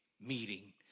meeting